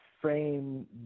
frame